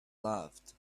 laughed